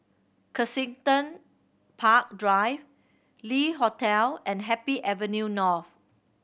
Kensington Park Drive Le Hotel and Happy Avenue North